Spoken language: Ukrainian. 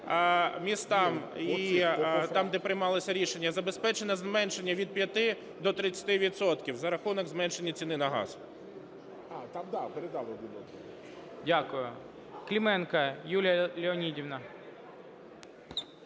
містах і там, де приймалося рішення, забезпечено зменшення від 5 до 30 відсотків за рахунок зменшення ціни на газ.